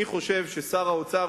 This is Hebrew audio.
אני חושב ששר האוצר,